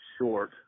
short